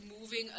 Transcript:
moving